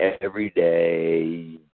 everyday